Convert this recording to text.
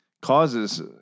causes